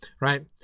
right